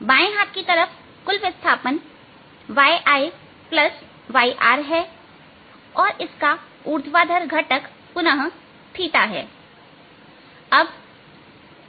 बाएं हाथ की तरफ कुल विस्थापन y I yR है और इसका ऊर्ध्वाधर घटक पुनः थीटा θ